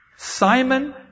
Simon